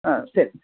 ஆ சரி